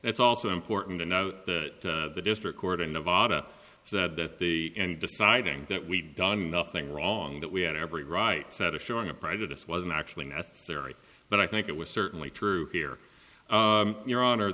it's also important to note that the district court in nevada said that the end deciding that we'd done nothing wrong that we had every right set of showing a prejudice wasn't actually necessary but i think it was certainly true here your honor